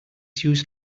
used